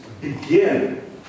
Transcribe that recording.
begin